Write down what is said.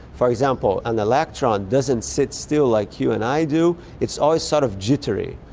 for example, an electron doesn't sit still like you and i do, it's always sort of jittery,